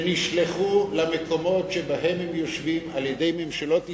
שנשלחו למקומות שבהם הם יושבים על-ידי ממשלות ישראל,